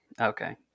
Okay